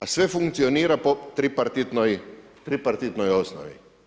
A sve funkcionira po tripartitnoj osnovi.